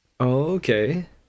okay